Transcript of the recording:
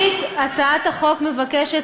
רבות היא משום שיש לי